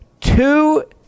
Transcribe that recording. two